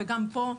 גם פה,